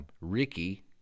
Ricky